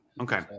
Okay